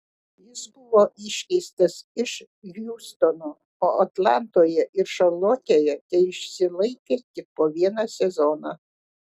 jis buvo iškeistas iš hjustono o atlantoje ir šarlotėje teišsilaikė tik po vieną sezoną